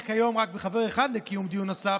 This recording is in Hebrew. כיום רק בחבר אחד לקיום של דיון נוסף,